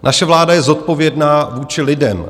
Naše vláda je zodpovědná vůči lidem.